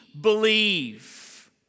Believe